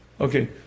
Okay